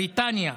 בריטניה,